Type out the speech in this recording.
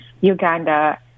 Uganda